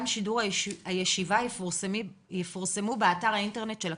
שידור הישיבה יפורסמו באתר האינטרנט של הכנסת.